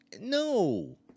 no